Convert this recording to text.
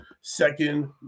second